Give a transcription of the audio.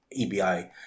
EBI